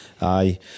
aye